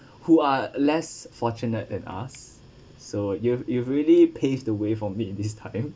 who are less fortunate than us so you've you've really paved the way for me this time